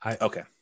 okay